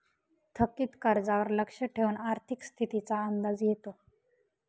थकीत कर्जावर लक्ष ठेवून आर्थिक स्थितीचा अंदाज येतो